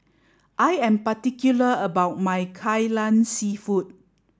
I am particular about my kai lan seafood